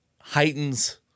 heightens